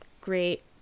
great